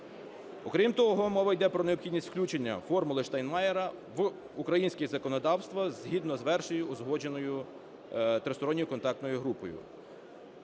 Окрім того, мова йде про необхідність включення "формули Штайнмайєра" в українське законодавство згідно з версією, узгодженою Тристоронньою контактною групою.